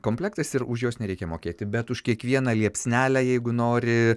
komplektas ir už juos nereikia mokėti bet už kiekvieną liepsnelę jeigu nori